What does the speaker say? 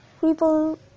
People